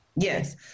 Yes